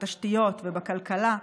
בתשתיות ובכלכלה,